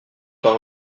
par